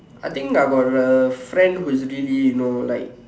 I think I got the friend who's really you know like